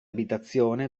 abitazione